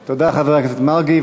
תודה, חבר הכנסת מרגי.